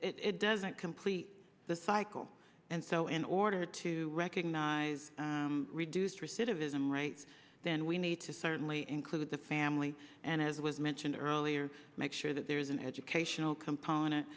doesn't complete the cycle and so in order to recognize reduce recidivism rates then we need to certainly include the family and as was mentioned earlier make sure that there's an educational component